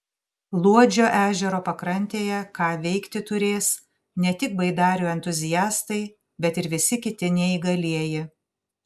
luodžio ežero pakrantėje ką veikti turės ne tik baidarių entuziastai bet ir visi kiti neįgalieji